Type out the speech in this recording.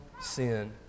sin